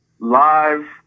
live